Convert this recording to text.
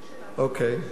כן,